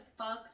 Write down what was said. fucks